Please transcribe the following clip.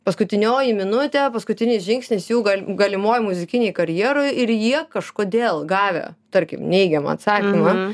paskutinioji minutė paskutinis žingsnis jų gal galimoj muzikinėj karjeroj ir jie kažkodėl gavę tarkim neigiamą atsakymą